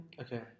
Okay